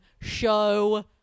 show